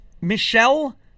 Michelle